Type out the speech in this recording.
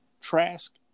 Trask